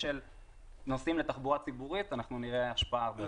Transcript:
של נוסעים לתחבורה ציבורית אנחנו נראה השפעה הרבה יותר גדולה.